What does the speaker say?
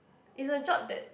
is a job that